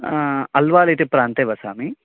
अल्वाल् इति प्रान्ते वसामि